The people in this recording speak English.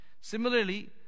Similarly